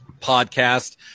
podcast